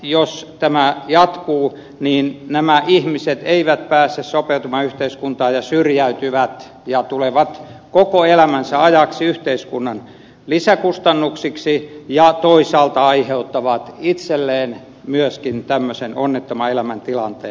jos tämä jatkuu tällä tavalla nämä ihmiset eivät pääse sopeutumaan yhteiskuntaan ja he syrjäytyvät ja tulevat koko elämänsä ajaksi yhteiskunnan lisäkustannuksiksi ja toisaalta aiheuttavat itselleen myöskin tämmöisen onnettoman elämäntilanteen